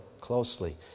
closely